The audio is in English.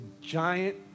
giant